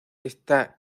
está